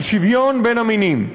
השוויון בין המינים.